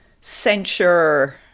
censure